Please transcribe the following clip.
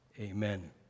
amen